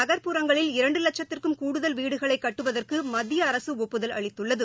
நக்புறங்களில் இரண்டு வட்கத்திற்கும் கூடுதல் வீடுகளை கட்டுவதற்கு மத்திய அரசு ஒப்புதல் அளித்துள்ளது